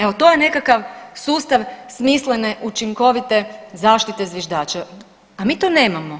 Evo to je nekakav sustav smislene učinkovite zaštite zviždača, a mi to nemamo.